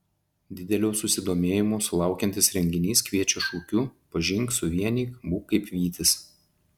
didelio susidomėjimo sulaukiantis renginys kviečia šūkiu pažink suvienyk būk kaip vytis